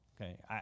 okay